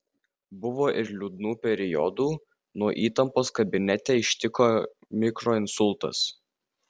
buvo ir liūdnų periodų nuo įtampos kabinete ištiko mikroinsultas